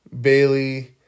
Bailey